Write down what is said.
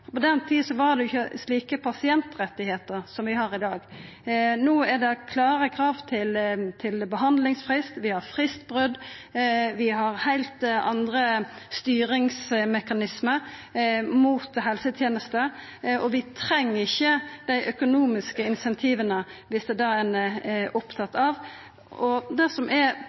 ansvaret. På den tida var det ikkje slike pasientrettar som vi har i dag. No er det klare krav til behandlingsfrist, vi har fristbrot, vi har heilt andre styringsmekanismar overfor helsetenester, og vi treng ikkje dei økonomiske incentiva viss det er det ein er opptatt av. Alle finansieringsmåtar har sine styrkar og